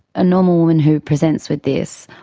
a normal woman who presents with this,